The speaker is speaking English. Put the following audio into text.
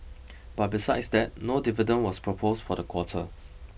but besides that no dividend was proposed for the quarter